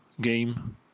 game